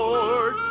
Lord